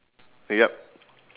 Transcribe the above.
yup